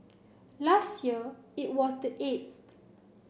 last year it was the eighth